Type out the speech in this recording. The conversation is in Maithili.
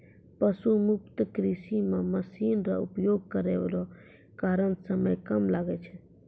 पशु मुक्त कृषि मे मशीन रो उपयोग करै रो कारण समय कम लागै छै